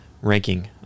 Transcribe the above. ranking